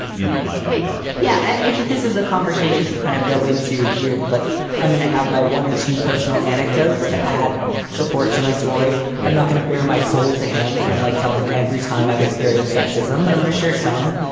you know, my my daughter yeah. and if this is a conversation that you kind of go into geared with, like i'm going to have my one or two personal anecdotes to add support to my story, i'm not going to bare my soul to him and like tell him every time i've experience sexism, but i'm gonna share some.